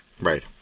right